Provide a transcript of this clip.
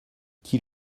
qu’il